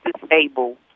disabled